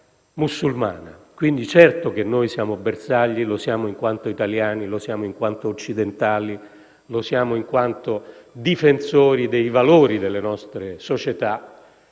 Quindi, certo che noi siamo bersagli, lo siamo in quanto italiani, lo siamo in quanto occidentali, lo siamo in quanto difensori dei valori delle nostre società.